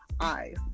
eyes